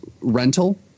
rental